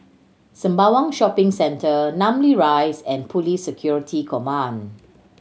Sembawang Shopping Centre Namly Rise and Police Security Command